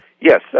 Yes